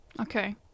Okay